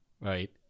right